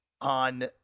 on